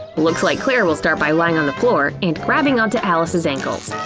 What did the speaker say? looks like claire will start by lying on the floor and grabbing onto alice's ankles.